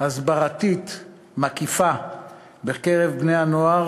הסברתית מקיפה בקרב בני-הנוער,